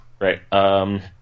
Right